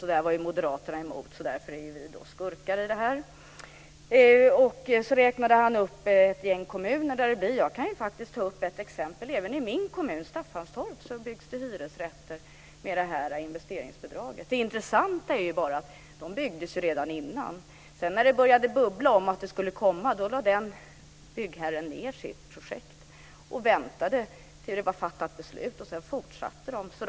Och eftersom Moderaterna var emot detta är det vi som är skurkarna. Vidare räknade statsrådet upp ett antal kommuner som bygger hyresrätter. I min hemkommun, Staffanstorp, bygger man hyresrätter med hjälp av investeringsbidraget. Det intressanta är att hyresrätterna började byggas redan innan investeringsbidraget infördes. När det började gå rykten om att bidraget skulle komma lade byggherren ned sitt projekt. Han väntade till beslutet var fattat, och sedan fortsatte han med byggandet.